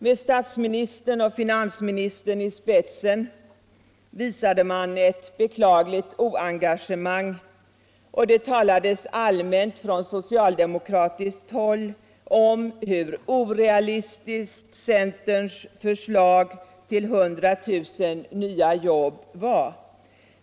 Med statsministern och finansministern i spetsen visade man ett beklagligt oengagemang, och det talades allmänt från socialdemokratiskt håll om hur orealistiskt centerns förslag om 100 000 nya jobb var.